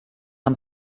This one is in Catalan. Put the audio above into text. amb